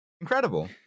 Incredible